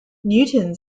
newton